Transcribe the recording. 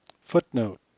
Footnote